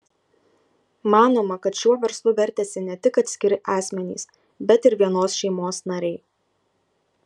manoma kad šiuo verslu vertėsi ne tik atskiri asmenys bet ir vienos šeimos nariai